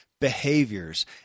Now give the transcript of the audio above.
behaviors